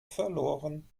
verloren